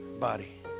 body